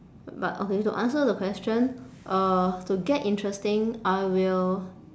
but okay to answer the question uh to get interesting I will